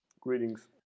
Greetings